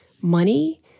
money